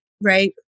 right